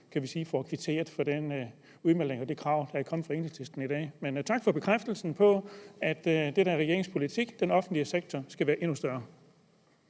kan man sige, får kvitteret for den udmelding og det krav, der er kommet fra Enhedslisten i dag? Men tak for bekræftelsen på, at det er regeringens politik, at den offentlige sektor skal være endnu større.